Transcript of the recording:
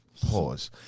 pause